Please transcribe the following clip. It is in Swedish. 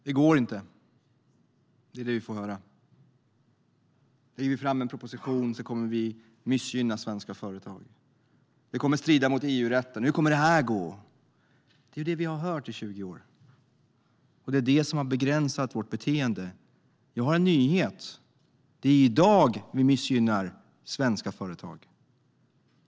Herr talman! Det går inte. Det är vad vi får höra. Om vi lägger fram en proposition kommer de svenska företagen att missgynnas. Det kommer att strida mot EU-rätten. Hur kommer det här att gå? Det är det vi har hört i 20 år. Och det är det som har begränsat vårt beteende. Jag har en nyhet: Det är i dag vi missgynnar svenska företag.